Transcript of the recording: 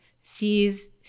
sees